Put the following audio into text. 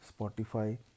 Spotify